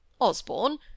Osborne